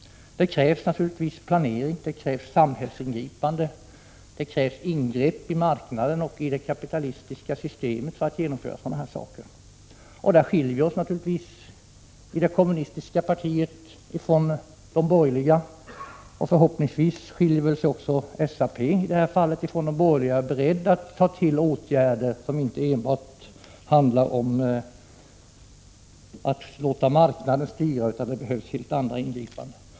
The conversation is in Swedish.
Det krävs naturligtvis planering och samhällsingripanden samt ingrepp i marknaden och i det kapitalistiska systemet för att genomföra miljöförbättrande åtgärder. Där skiljer vi oss i det kommunistiska partiet från de borgerliga partierna. Förhoppningsvis skiljer sig även SAP från de borgerliga partierna och är berett att ta till åtgärder, som inte bara handlar om att låta marknaden styra. Det behövs ju helt andra ingripanden.